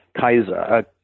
Kaiser